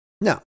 No